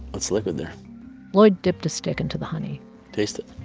it's liquid there lloyd dipped a stick into the honey taste it